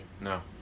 No